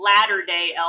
latter-day